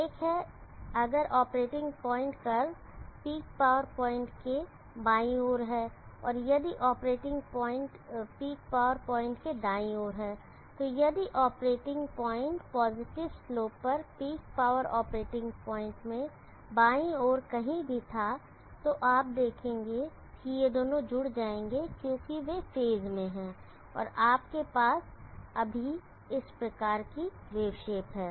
एक है अगर operating point power curve peak power point के बाईं ओर है और यदि operating point peak power point के दाईं ओर है तो यदि ऑपरेटिंग पॉइंट पॉजिटिव स्लोप पर पीक पावर ऑपरेटिंग पॉइंट में बाईं ओर कहीं भी था आप देखेंगे कि ये दोनों जुड़ जाएंगे क्योंकि वे फेज में हैं और आपके पास अभी भी इस प्रकार की वेव शेप है